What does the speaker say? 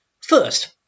First